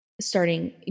starting